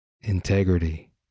integrity